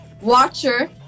Watcher